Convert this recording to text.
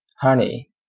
Honey